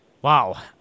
Wow